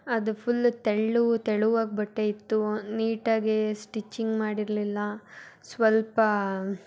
ಅದು ಫುಲ್ ತೆಳು ತೆಳುವಾಗಿ ಬಟ್ಟೆ ಇತ್ತು ನೀಟಾಗಿ ಸ್ಟಿಚಿಂಗ್ ಮಾಡಿರಲಿಲ್ಲ ಸ್ವಲ್ಪ